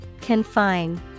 Confine